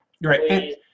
Right